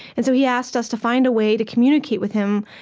and so he asked us to find a way to communicate with him,